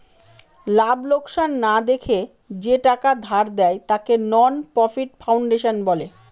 লাভ লোকসান না দেখে যে টাকা ধার দেয়, তাকে নন প্রফিট ফাউন্ডেশন বলে